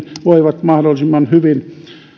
voivat mahdollisimman hyvin